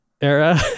era